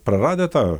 praradę tą